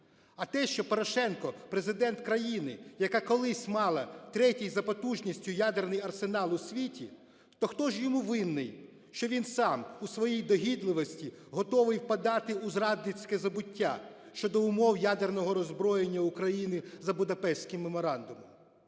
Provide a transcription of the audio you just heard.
А те, що Порошенко – Президент країни, яка колись мала третій за потужністю ядерний арсенал у світі, то хто ж йому винний, що він сам у своїй догідливості готовий подати у зрадницьке забуття щодо умов ядерного роззброєння України за Будапештським меморандумом?